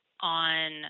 on